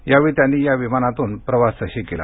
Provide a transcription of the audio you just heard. यावेळी त्यांनी या विमानातून प्रवासही केला